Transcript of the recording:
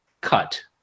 cut